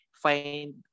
find